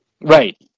Right